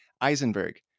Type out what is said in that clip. Eisenberg